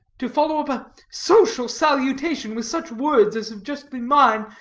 to follow up a social salutation with such words as have just been mine.